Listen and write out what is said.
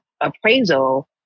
appraisal